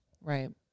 Right